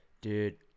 dude